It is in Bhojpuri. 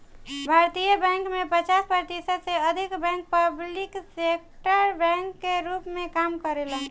भारतीय बैंक में पचास प्रतिशत से अधिक बैंक पब्लिक सेक्टर बैंक के रूप में काम करेलेन